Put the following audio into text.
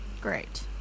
Great